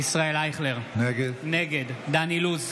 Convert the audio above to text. אינו נוכח ישראל אייכלר, נגד דן אילוז,